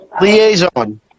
Liaison